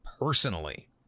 personally